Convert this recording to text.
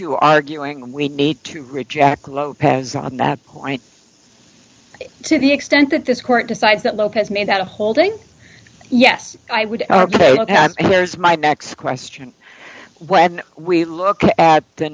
you arguing we need to reject lopez on that point to the extent that this court decides that lopez made that a holding yes i would ok ok and there's my next question when we look at the